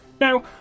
Now